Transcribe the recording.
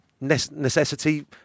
necessity